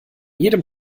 jedem